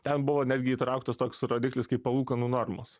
ten buvo netgi įtrauktas toks rodiklis kaip palūkanų normos